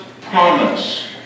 promise